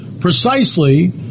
precisely